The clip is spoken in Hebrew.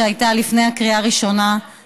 שהייתה לפני הקריאה הראשונה,